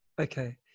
Okay